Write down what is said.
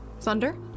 Thunder